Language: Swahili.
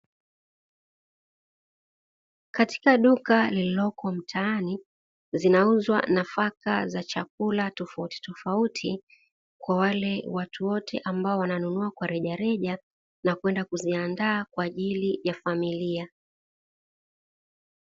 Katika duka lililoko mtaani, zinauzwa nafaka za chakula tofautitofauti kwa wale watu wote ambao wananunua kwa rejareja, na kwenda kuziandaa kwa ajili ya familia.